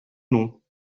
noms